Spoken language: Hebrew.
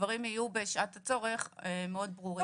שדברים יהיו בשעת הצורך מאוד ברורים.